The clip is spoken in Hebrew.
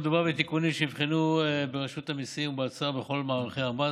מדובר בתיקונים שנבחנו ברשות המיסים ובאוצר בכל מערכי המס,